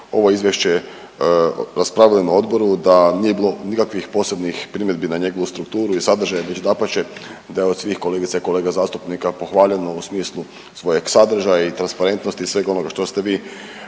ovo izvješće raspravili na odboru da nije bilo nikakvih posebnih primjedbi na njegovu strukturu i sadržaj već dapače da je od svih kolegica i kolega zastupnika pohvaljeno u smislu svojeg sadržaja i transparentnosti i svega onoga što ste vi